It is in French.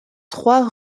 trois